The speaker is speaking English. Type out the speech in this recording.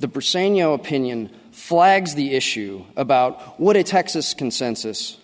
know opinion flags the issue about what a texas consensus